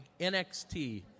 NXT